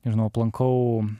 nežinau aplankau